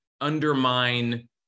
undermine